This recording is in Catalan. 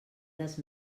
dels